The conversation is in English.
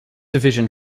division